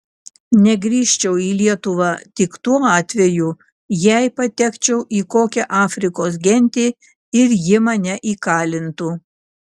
negrįžčiau į lietuvą tik tuo atveju jei patekčiau į kokią afrikos gentį ir ji mane įkalintų